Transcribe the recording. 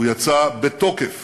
הוא יצא בתוקף